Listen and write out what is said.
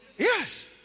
Yes